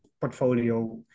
portfolio